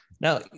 Now